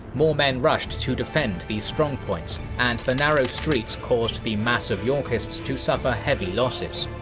more men rushed to defend these strong points, and the narrow streets caused the mass of yorkists to suffer heavy losses.